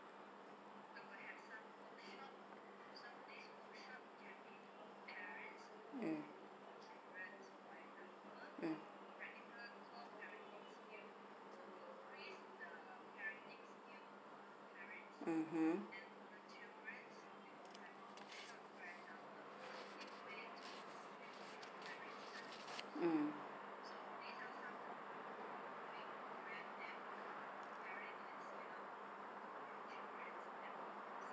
mm mm mmhmm mm